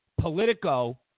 Politico